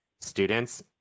students